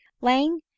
Lang